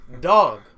Dog